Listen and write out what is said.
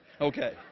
Okay